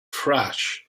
trash